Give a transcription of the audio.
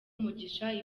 umugisha